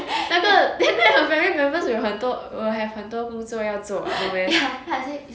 那个那些 her family members 有很多 will have 很多工作要做 no meh